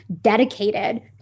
dedicated